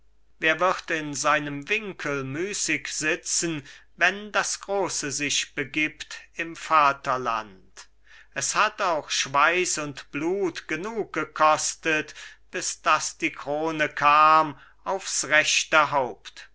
wer wird in seinem winkel müßig sitzen wenn das große sich begibt im vaterland es hat auch schweiß und blut genug gekostet bis daß die krone kam aufs rechte haupt